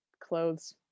clothes